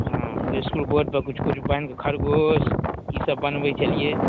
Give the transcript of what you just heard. हँ इस्कुल बोर्डपर किछु किछु बन खरगोश ईसभ बनबै छलियै